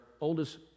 oldest